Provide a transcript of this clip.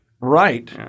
Right